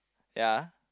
ya